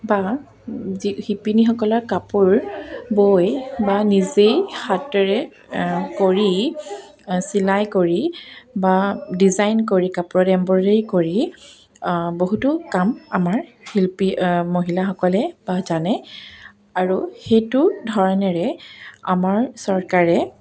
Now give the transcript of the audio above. বা যি শিপিনীসকলৰ কাপোৰ বৈ বা নিজেই হাতেৰে কৰি চিলাই কৰি বা ডিজাইন কৰি কাপোৰত এম্ব্ৰইৰী কৰি বহুতো কাম আমাৰ শিল্পী মহিলাসকলে বা জানে আৰু সেইটো ধৰণেৰে আমাৰ চৰকাৰে